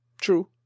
true